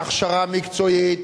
להכשרה מקצועית,